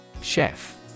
Chef